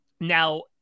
Now